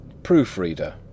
PROOFREADER